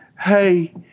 hey